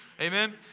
Amen